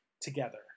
together